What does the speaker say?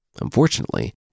Unfortunately